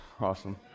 Awesome